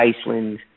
Iceland